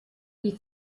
die